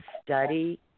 study